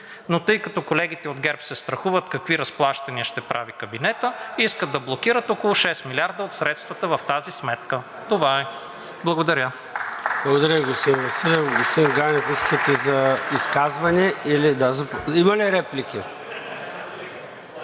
Тъй като колегите от ГЕРБ се страхуват какви разплащания ще прави кабинетът, искат да блокират около 6 милиарда от средствата в тази сметка. Това е. Благодаря.